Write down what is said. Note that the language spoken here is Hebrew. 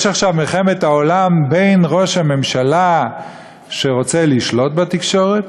יש עכשיו מלחמת עולם בין ראש הממשלה שרוצה לשלוט בתקשורת